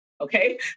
okay